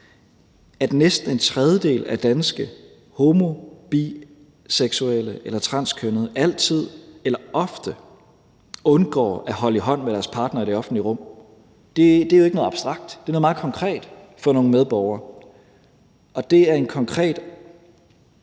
at næsten en tredjedel af danske homo- og biseksuelle og transkønnede altid eller ofte undgår at holde i hånd med deres partner i det offentlige rum. Det er jo ikke noget abstrakt – det er noget meget konkret for nogle medborgere, og det er en konkret